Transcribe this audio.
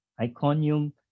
Iconium